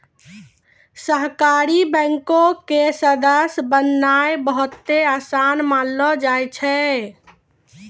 सहकारी बैंको के सदस्य बननाय बहुते असान मानलो जाय छै